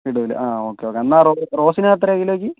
ഇടും അല്ലേ ആഹ് ഓക്കേ ഓക്കേ എന്നാൽ റോസിന് എത്രയാണ് കിലോയ്ക്ക്